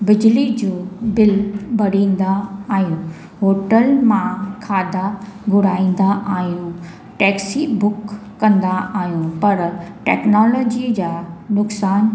बिजली जो बिल भरींदा आहियूं होटल मां खाधा घुराईंदा आहियूं टॅक्सी बुक कंदा आहियूं पर टेक्नोलॉजीअ जा नुक़सान